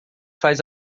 faz